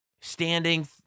standing